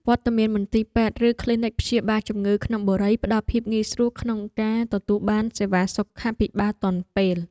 វត្តមានមន្ទីរពេទ្យឬគ្លីនិកព្យាបាលជំងឺក្នុងបុរីផ្តល់ភាពងាយស្រួលក្នុងការទទួលបានសេវាសុខាភិបាលទាន់ពេល។